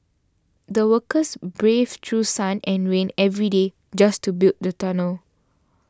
the workers braved through sun and rain every day just to build the tunnel